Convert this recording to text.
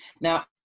Now